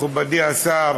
מכובדי השר,